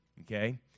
okay